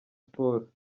sports